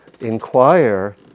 inquire